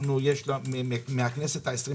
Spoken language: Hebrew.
יש מהכנסת ה-20,